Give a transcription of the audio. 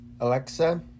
Alexa